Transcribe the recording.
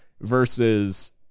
Versus